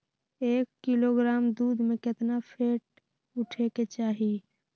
एक किलोग्राम दूध में केतना फैट उठे के चाही?